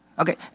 Okay